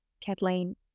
Kathleen